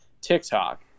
TikTok